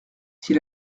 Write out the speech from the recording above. s’il